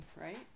right